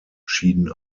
schieden